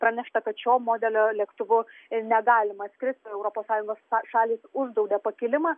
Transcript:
pranešta kad šio modelio lėktuvu negalima skristi europos sąjungos šalys uždraudė pakilimą